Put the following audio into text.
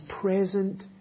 present